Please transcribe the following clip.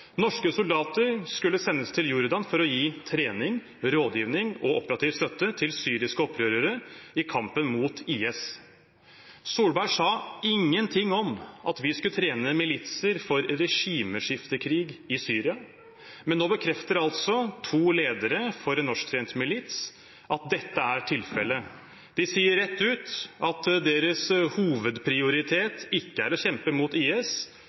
norske folk: Norske soldater skulle sendes til Jordan for å gi trening, rådgivning og operativ støtte til syriske opprørere i kampen mot IS. Solberg sa ingenting om at vi skulle trene militser for regimeskiftekrig i Syria, men nå bekrefter altså to ledere for en norsktrent milits at dette er tilfellet. De sier rett ut at deres hovedprioritet ikke er å kjempe mot IS,